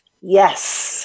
Yes